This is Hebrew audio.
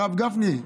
הרב גפני,